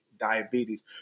diabetes